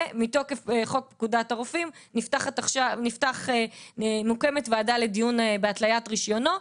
ומתוקף חוק פקודת הרופאים מוקמת ועדה לדיון בהתליית רישיונו,